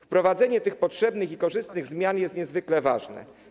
Wprowadzenie tych potrzebnych i korzystnych zmian jest niezwykle ważne.